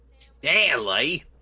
Stanley